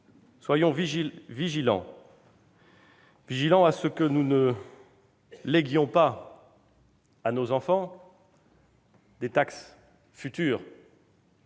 vigilants à ce que nous ne léguions pas à nos enfants des taxes futures,